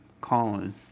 Colin